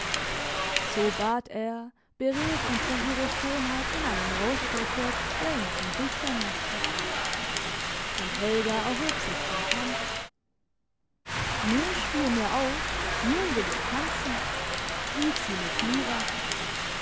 so bat er beredt und von ihrer schönheit in einen rausch versetzt der ihn zum dichter machte und helga erhob sich zum tanz nun spiel mir auf nun will ich tanzen rief sie mit nora